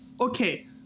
Okay